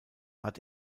hat